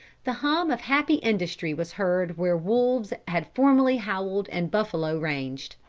the hum of happy industry was heard where wolves had formerly howled and buffalo ranged.